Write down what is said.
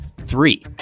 three